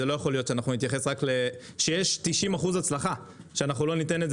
זה לא יכול להיות שיש 90% הצלחה שאנחנו לא ניתן את זה,